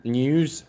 news